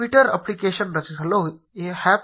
Twitter application ರಚಿಸಲು apps